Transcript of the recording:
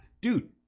Dude